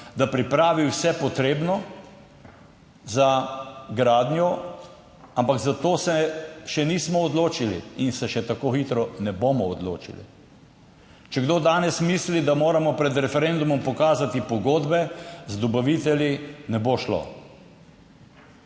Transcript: da pripravi vse potrebno, za gradnjo, ampak za to se še nismo odločili in se še tako hitro ne bomo odločili. Če kdo danes misli, da moramo pred referendumom pokazati pogodbe z dobavitelji, ne bo šlo.